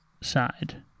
side